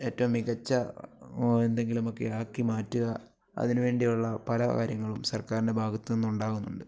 ഏറ്റവും മികച്ച എന്തെങ്കിലുമൊക്കെയാക്കി മാറ്റുക അതിന് വേണ്ടിയുള്ള പല കാര്യങ്ങളും സർക്കാരിൻ്റെ ഭാഗത്ത് നിന്ന് ഉണ്ടാകുന്നുണ്ട്